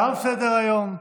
תם סדר-היום.